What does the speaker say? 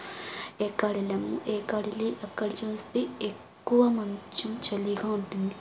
ఏకాడ్ వెళ్ళాము ఏకాడ్ వెళ్ళి అక్కడ చూసి ఎక్కువ మంచు చలిగా ఉంటుంది